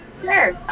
Sure